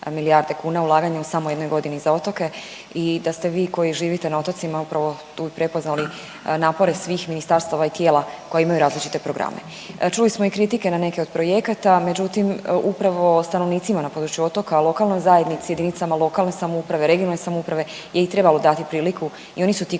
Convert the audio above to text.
milijarde kuna ulaganju u samo jednoj godini za otoke i da ste vi koji živite na otocima upravo tu prepoznali napore svih ministarstava i tijela koji imaju različite programe. Čuli smo i kritike na neke od projekata, međutim, upravo stanovnicima na području otoka, lokalnoj zajednici, jedinice lokalne samouprave, regionalne samouprave je trebalo dati priliku i oni su ti